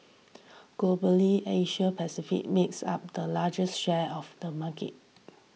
Globally Asia Pacific makes up the largest share of the market